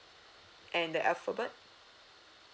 and the alphabet